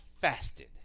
fasted